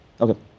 Okay